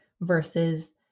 versus